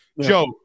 Joe